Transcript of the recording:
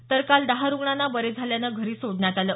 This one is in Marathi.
तर काल दहा रुग्णांना बरे झाल्यानं घरी सोडण्यात आलं